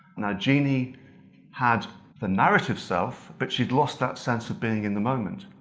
now jeannie had the narrative self but she'd lost that sense of being in the moment.